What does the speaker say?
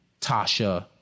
Tasha